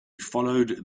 followed